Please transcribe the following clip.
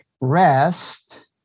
rest